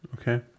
Okay